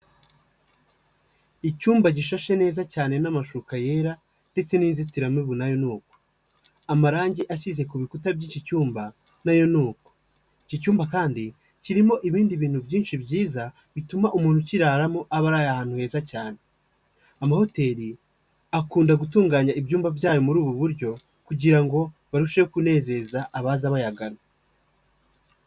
Icyumba gishashe neza cyane n'amashuka yera ndetse n'inzitiramubu nayo ni uko. Amarangi asize ku bikuta by'iki cyumba nayo ni uko. Iki cyumba kandi kirimo ibindi bintu byinshi byiza bituma umuntu ukiraramo aba araye ahantu heza cyane. Amahoteli akunda gutunganya ibyumba byayo muri ubu buryo, kugira ngo barusheho kunezeza abaza bayagana.